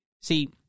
See